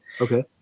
Okay